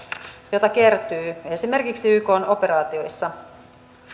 jota kertyy esimerkiksi ykn operaatioissa